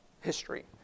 history